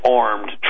armed